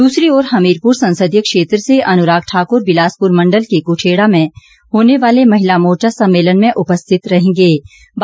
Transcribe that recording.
दूसरी ओर हमीरपुर संसदीय क्षेत्र से अनुराग ठाकुर बिलासपुर मंडल के कुठेड़ा में होने वाले महिला मोर्चा सम्मेलन में उपस्थित रहेंगे बाद